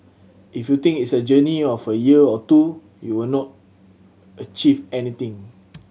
if you think it's a journey of a year or two you will not achieve anything